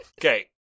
Okay